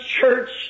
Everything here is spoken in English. church